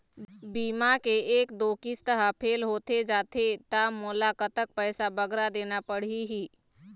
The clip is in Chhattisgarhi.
बीमा के एक दो किस्त हा फेल होथे जा थे ता मोला कतक पैसा बगरा देना पड़ही ही?